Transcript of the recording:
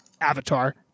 Avatar